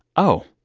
oh,